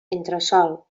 entresòl